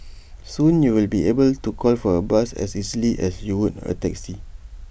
soon you will be able to call for A bus as easily as you would A taxi